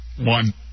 One